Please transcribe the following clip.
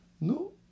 No